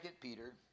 Peter